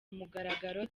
mugaragaro